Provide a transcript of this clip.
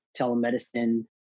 telemedicine